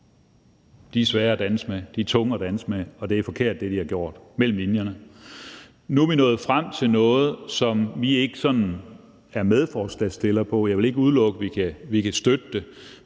de er svære at danse med, de er tunge at danse med, og det, de har gjort, er forkert. Det har stået mellem linjerne. Nu er vi nået frem til noget, som vi ikke sådan er medforslagsstillere på – jeg vil ikke udelukke, at vi kan støtte det